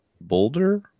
Boulder